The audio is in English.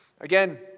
Again